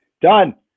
Done